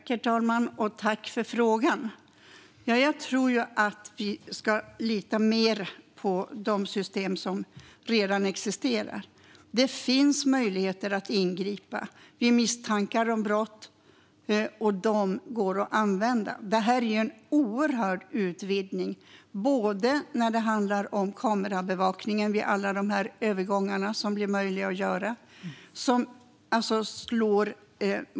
Herr talman! Jag tackar för frågan. Jag tror att vi ska lita mer på de system som redan existerar. Det finns möjligheter att ingripa vid misstankar om brott, och de kan användas. Förslaget är en oerhörd utvidgning för bland annat kameraövervakningen vid alla övergångarna, som slår mot alla.